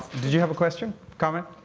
did you have a question? comment?